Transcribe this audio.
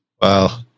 Wow